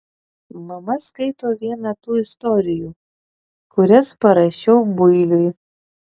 mama skaito vieną tų istorijų kurias parašiau builiui